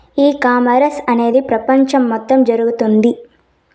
ఈ కామర్స్ అనేది ప్రపంచం మొత్తం జరుగుతోంది